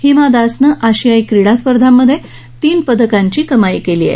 हिमा दासनं आशियाई क्रीडा स्पर्धेत तीन पदकांची कमाई केली आहे